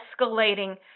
escalating